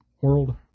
world